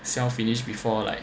sell finished before like